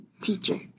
teacher